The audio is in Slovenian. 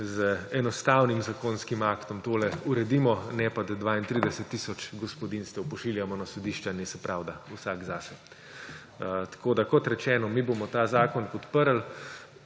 z enostavnim zakonskim aktom tole uredimo, ne pa, da 32 tisoč gospodinjstev pošiljamo na sodišča, naj se pravda vsak zase. Kot rečeno, mi bomo ta zakon podprli